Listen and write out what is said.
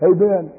Amen